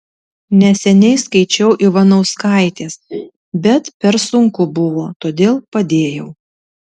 neseniai skaičiau ivanauskaitės bet per sunku buvo todėl padėjau